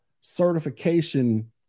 certification